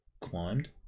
climbed